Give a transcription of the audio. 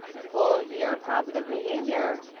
full year positive behavior!